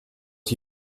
are